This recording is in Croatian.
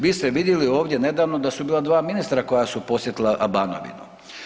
Vi ste vidjeli ovdje nedavno da su bila dva ministra koja su posjetila Banovinu.